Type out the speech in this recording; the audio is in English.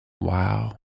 Wow